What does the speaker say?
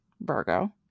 Virgo